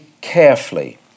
carefully